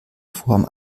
form